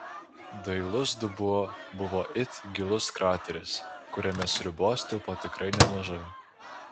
dailus dubuo buvo it gilus krateris kuriame sriubos tilpo tikrai nemažai